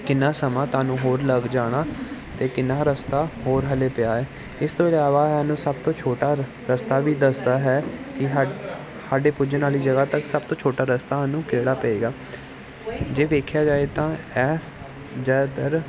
ਕਿੰਨਾ ਸਮਾਂ ਤੁਹਾਨੂੰ ਹੋਰ ਲੱਗ ਜਾਣਾ ਅਤੇ ਕਿੰਨਾ ਰਸਤਾ ਹੋਰ ਹਜੇ ਪਿਆ ਹੈ ਇਸ ਤੋਂ ਇਲਾਵਾ ਇਹ ਸਾਨੂੰ ਸਭ ਤੋਂ ਛੋਟਾ ਰਸਤਾ ਵੀ ਦੱਸਦਾ ਹੈ ਕਿ ਹਾ ਸਾਡੇ ਪੁੱਜਣ ਵਾਲੀ ਜਗ੍ਹਾ ਤੱਕ ਸਭ ਤੋਂ ਛੋਟਾ ਰਸਤਾ ਸਾਨੂੰ ਕਿਹੜਾ ਪਏਗਾ ਜੇ ਵੇਖਿਆ ਜਾਏ ਤਾਂ ਇਸ ਜ਼ਿਆਦਾਤਰ